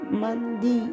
mandi